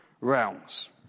realms